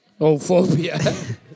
ophobia